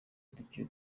duke